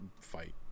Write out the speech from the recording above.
Fight